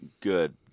good